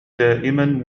دائمًا